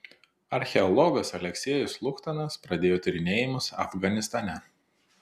archeologas aleksiejus luchtanas pradėjo tyrinėjimus afganistane